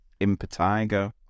impetigo